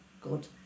good